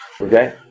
Okay